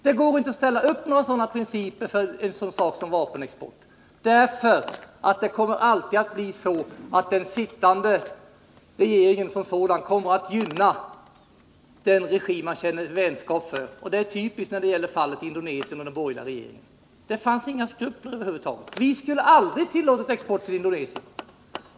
Det går inte att ställa upp sådana principer för vapenexport, därför att den sittande regeringen som sådan alltid kommer att gynna den regim man känner vänskap för. Det är typiskt när det gäller fallet Indonesien och den borgerliga regeringen. Det fanns inga skrupler över huvud taget. Vi skulle aldrig ha tillåtit export till Indonesien.